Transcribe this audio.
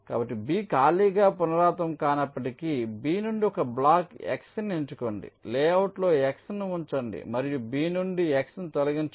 కాబట్టి B ఖాళీగా పునరావృతం కానప్పటికీ B నుండి ఒక బ్లాక్ X ని ఎంచుకోండి లేఅవుట్లో X ను ఉంచండి మరియు B నుండి X ను తొలగించండి